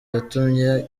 yatumye